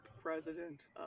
president